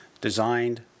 Designed